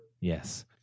Yes